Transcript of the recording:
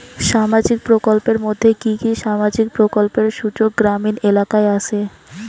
সামাজিক প্রকল্পের মধ্যে কি কি সামাজিক প্রকল্পের সুযোগ গ্রামীণ এলাকায় আসে?